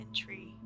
entry